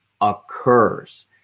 occurs